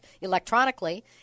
electronically